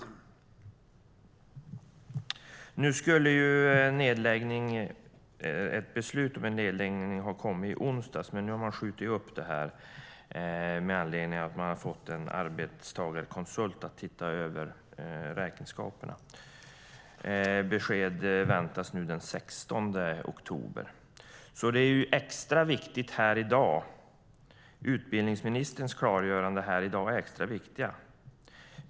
Ett beslut om nedläggning skulle ha kommit i onsdags, men nu har det skjutits upp med anledning av att en arbetstagarkonsult ser över räkenskaperna. Besked väntas nu den 16 oktober. Därför är utbildningsministerns klargöranden här i dag extra viktiga.